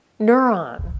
neuron